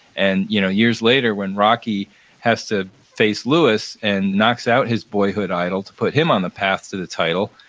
and you know years later, when rocky has to face louis and knocks out his boyhood idol to put him on the path to the title,